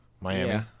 Miami